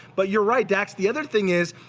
but you're right, dax. the other thing is,